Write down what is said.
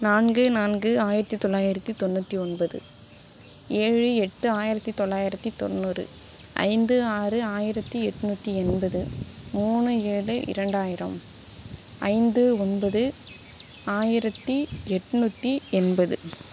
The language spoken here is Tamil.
நான்கு நான்கு ஆயிரத்தி தொள்ளாயிரத்தி தொண்ணூற்றி ஒன்பது ஏழு எட்டு ஆயிரத்தி தொள்ளாயிரத்தி தொண்ணூறு ஐந்து ஆறு ஆயிரத்தி எட்நூற்றி எண்பது மூணு ஏழு இரண்டாயிரம் ஐந்து ஒன்பது ஆயிரத்தி எட்நூற்றி எண்பது